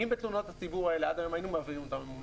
תלונות הציבור האלה עד היום היינו מעבירים אותן לממונה,